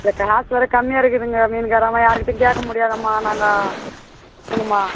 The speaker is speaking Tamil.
காசு வேற கம்மியா இருக்குதுங்க மீன்காரம்மா யார்க்கிட்டயும் கேட்க முடியாது அம்மா நாங்கள் கொடுங்கம்மா